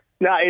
No